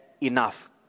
enough